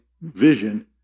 vision